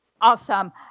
Awesome